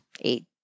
eight